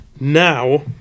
Now